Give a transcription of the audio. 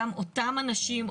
גם אותם אנשים,